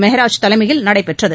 மெகராஜ் தலைமையில் நடைபெற்றது